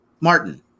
Martin